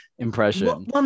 impression